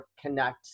connect